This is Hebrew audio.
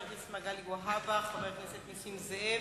חבר הכנסת מגלי והבה, חבר הכנסת נסים זאב,